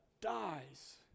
dies